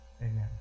Amen